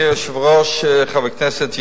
היושב-ראש, חברי הכנסת,